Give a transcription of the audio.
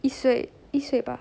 一岁一岁罢